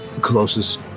closest